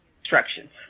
instructions